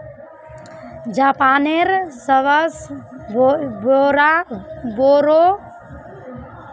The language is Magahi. जापानेर सबस बोरो बैंक जापान पोस्ट बैंक छिके